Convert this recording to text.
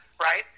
right